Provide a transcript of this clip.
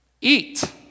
Eat